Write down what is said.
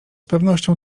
pewnością